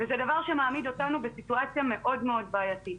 וזה דבר שמעמיד אותנו בסיטואציה מאוד מאוד בעייתית.